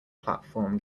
platform